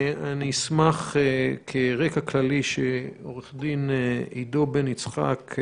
כרקע כללי, אשמח שעורך-הדין עידו בן-יצחק,